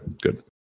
good